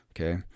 okay